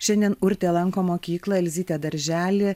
šiandien urtė lanko mokyklą elzytė darželį